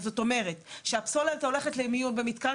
שחלק מהחזיריות בנו טיפול